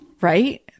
right